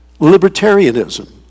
libertarianism